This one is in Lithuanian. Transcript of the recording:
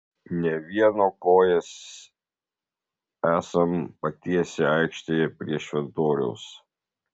ne vieno kojas esam patiesę aikštėje prie šventoriaus